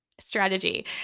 strategy